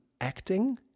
acting